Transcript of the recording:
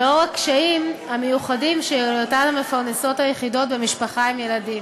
לנוכח הקשיים המיוחדים של היותן המפרנסות היחידות במשפחה עם ילדים.